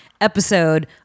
episode